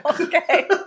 Okay